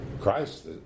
Christ